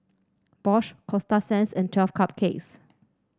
Bosch Coasta Sands and Twelve Cupcakes